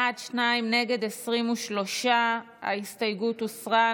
בעד, שניים, נגד, 23. ההסתייגות הוסרה.